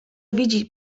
widzi